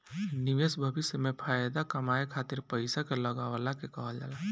निवेश भविष्य में फाएदा कमाए खातिर पईसा के लगवला के कहल जाला